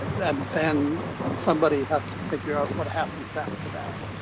then then somebody has to figure out what happens after that.